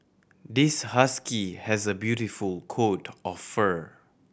this husky has a beautiful coat of fur